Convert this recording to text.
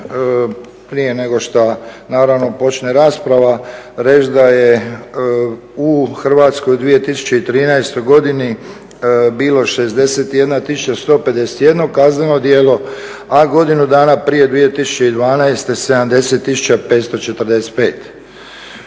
prije nego što, naravno, počne rasprava, reći da je u Hrvatskoj u 2013. godini bilo 61 tisuća 151 kazneno djelo, a godinu dana prije, 2012. 70 545.